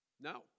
No